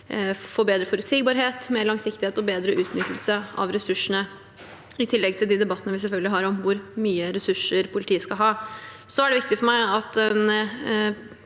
få bedre forutsigbarhet, mer langsiktighet og bedre utnyttelse av ressursene – i tillegg til de debattene vi selvfølgelig har om hvor mye ressurser politiet skal ha. Det er viktig for meg at